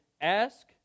ask